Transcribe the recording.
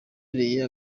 yabaye